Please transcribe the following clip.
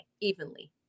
evenly